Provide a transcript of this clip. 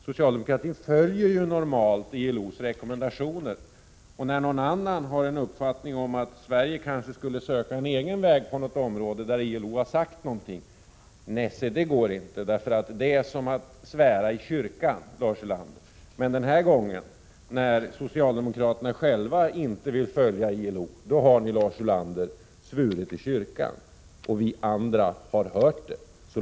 Socialdemokratin följer normalt ILO:s rekommendationer, och när någon har uppfattningen att Sverige kanske skulle söka en egen väg på något område där ILO har gjort ett uttalande, så brukar det heta: Nej, se det går inte — det är som att svära i kyrkan. Men den här gången, när socialdemokraterna själva inte vill följa ILO, då har Lars Ulander svurit i kyrkan, och vi andra har hört det.